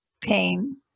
pain